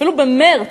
אפילו במרס,